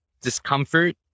discomfort